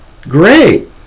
great